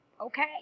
okay